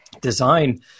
design